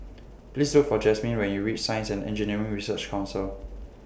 Please Look For Jasmin when YOU REACH Science and Engineering Research Council